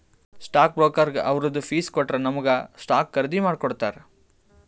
stock ಬ್ರೋಕರ್ಗ ಅವ್ರದ್ fees ಕೊಟ್ಟೂರ್ ನಮುಗ ಸ್ಟಾಕ್ಸ್ ಖರ್ದಿ ಮಾಡಿ ಕೊಡ್ತಾರ್